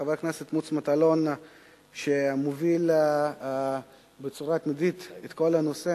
חבר הכנסת מוץ מטלון מוביל בצורה מתמדת את כל הנושא